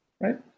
Right